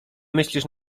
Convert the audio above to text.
myślisz